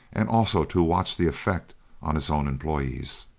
and also to watch the effect on his own employees.